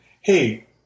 Hey